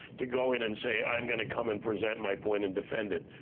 to go in and say, i'm gonna come and present my point and defend it,